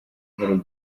gahoro